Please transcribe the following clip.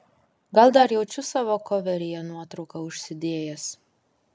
gal dar jaučiu savo koveryje nuotrauką užsidėjęs